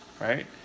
Right